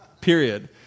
Period